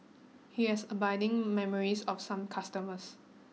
he has abiding memories of some customers